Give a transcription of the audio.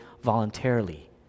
voluntarily